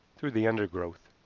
through the undergrowth.